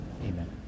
Amen